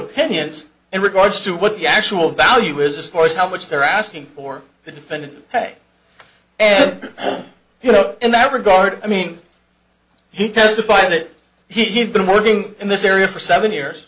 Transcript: opinions in regards to what the actual value is as far as how much they're asking for the defendant ok you know in that regard i mean he testified that he had been working in this area for seven years